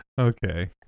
okay